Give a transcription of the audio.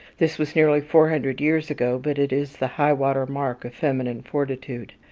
this was nearly four hundred years ago, but it is the high-water mark of feminine fortitude.